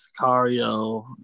Sicario